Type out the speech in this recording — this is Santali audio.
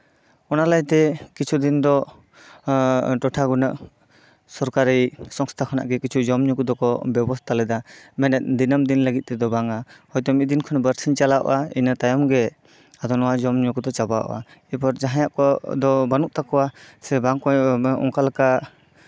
ᱚᱱᱟ ᱞᱟᱹᱭᱛᱮ ᱠᱤᱪᱷᱩ ᱫᱤᱱ ᱫᱚ ᱮᱜ ᱴᱚᱴᱷᱟ ᱜᱩᱱᱟᱹ ᱥᱚᱨᱠᱟᱨᱤ ᱥᱚᱝᱥᱛᱷᱟ ᱠᱷᱚᱱᱟᱜ ᱜᱮ ᱠᱤᱪᱷᱩ ᱡᱚᱱ ᱡᱚᱢ ᱧᱩ ᱠᱚᱫᱚ ᱠᱚ ᱵᱮᱵᱚᱥᱛᱷᱟ ᱞᱮᱫᱟ ᱢᱮᱱᱮᱫ ᱫᱤᱱᱟᱹᱢ ᱫᱤᱱ ᱞᱟᱹᱜᱤᱫ ᱛᱮᱫᱚ ᱵᱟᱝ ᱟ ᱦᱳᱭᱛᱳ ᱢᱤᱫ ᱫᱤᱱ ᱠᱷᱚᱱ ᱵᱟᱨᱥᱤᱧ ᱪᱟᱞᱟᱣ ᱤᱱᱟᱹ ᱛᱟᱭᱚᱢᱜᱮ ᱟᱫᱚ ᱱᱚᱣᱟ ᱡᱚᱢ ᱧᱩ ᱠᱚᱫᱚ ᱪᱟᱵᱟᱜ ᱮᱨ ᱯᱚᱨ ᱡᱟᱦᱟᱸᱭᱟᱜ ᱠᱚᱫᱚ ᱵᱟᱹᱱᱩᱜ ᱛᱟᱠᱚᱣᱟ ᱥᱮ ᱵᱟᱝᱠᱚ ᱚᱱᱠᱟ ᱞᱮᱠᱟ